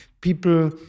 People